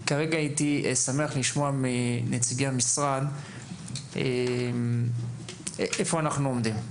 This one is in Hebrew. הייתי שמח לשמוע מנציגי משרד החינוך היכן אנחנו עומדים.